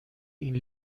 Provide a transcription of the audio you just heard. این